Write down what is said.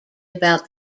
about